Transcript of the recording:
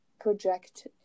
project